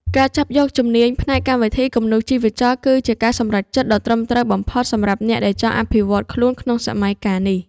ការចាប់យកជំនាញផ្នែកកម្មវិធីគំនូរជីវចលគឺជាការសម្រេចចិត្តដ៏ត្រឹមត្រូវបំផុតសម្រាប់អ្នកដែលចង់អភិវឌ្ឍខ្លួនក្នុងសម័យកាលនេះ។